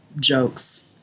jokes